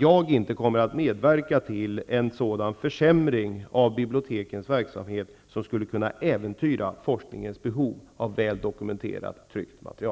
Jag kommer inte att medverka till en sådan försämring av bibliotekens verksamhet som skulle kunna äventyra forskningens behov av väl dokumenterat tryckt material.